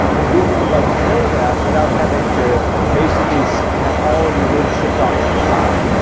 and google would like to know that without having to basically so have all of your data shipped off to the cloud.